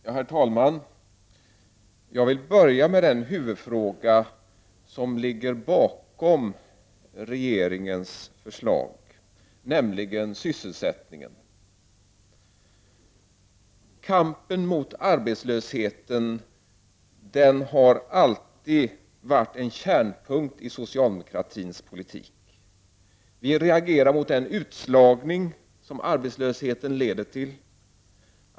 Herr talman! Jag vill börja med den huvudfråga som ligger bakom regeringens förslag, nämligen sysselsättningen. Kampen mot arbetslösheten har alltid varit en kärnpunkt i socialdemokratins politik. Vi reagerar mot den utslagning som arbetslösheten leder till.